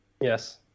Yes